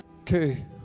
Okay